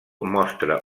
mostra